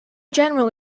general